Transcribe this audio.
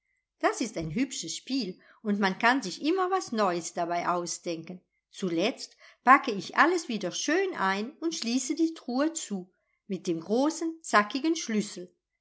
das ist ein hübsches spiel und man kann sich immer was neues dabei ausdenken zuletzt packe ich alles wieder schön ein und schließe die truhe zu mit dem großen zackigen schlüssel